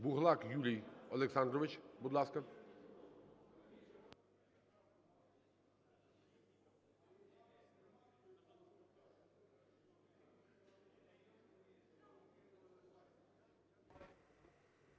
Буглак Юрій Олександрович. Будь ласка.